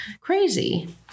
Crazy